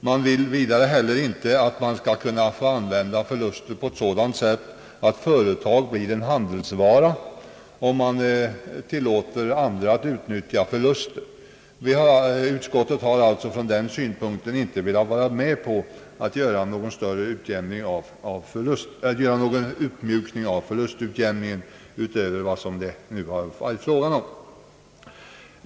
Utskottet vill heller inte att man skall få använda förluster på sådant sätt att förlustföretag blir en handelsvara, vilket blir resultatet om vi tillåter andra att utnyttja förluster. Utskottet har från denna synpunkt inte velat vara med om att göra någon uppmjukning av förlustutjämningen utöver hittills gällande bestämmelser.